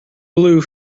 blue